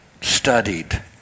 studied